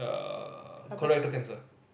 err colorectal cancer